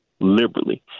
liberally